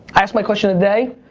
i asked my question of the day.